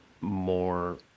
more